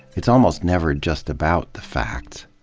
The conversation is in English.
it's almost never just about the facts.